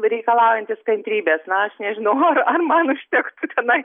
reikalaujantis kantrybės na aš nežinau ar ar man užtektų tenai